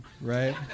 right